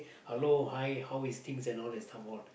hello hi how is things and all that stuff all